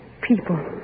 People